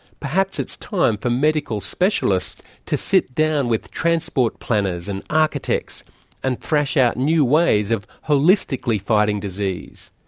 perhaps it's time for medical specialists to sit down with transport planners and architects and thrash out new ways of holistically fighting disease,